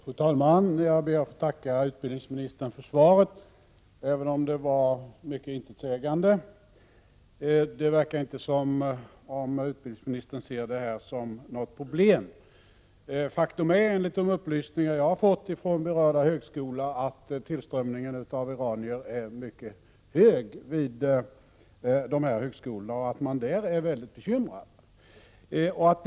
Fru talman! Jag ber att få tacka utbildningsministern för svaret, även om det var mycket intetsägande. Det verkar inte som om utbildningsministern ser detta som något problem. Enligt de upplysningar jag har fått från berörda högskolor är tillströmningen av iranier mycket hög, och man är bekymrad på högskolorna över detta.